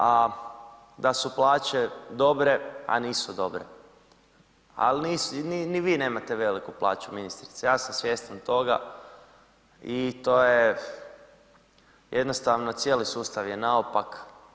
A da su plaće dobre, a nisu dobre, ali ni vi nemate veliku plaću ministrice, ja sam svjestan toga i to je jednostavno, cijeli sustav je naopak.